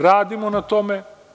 Radimo na tome.